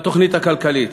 בתוכנית הכלכלית.